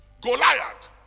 Goliath